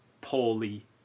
poorly